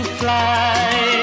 fly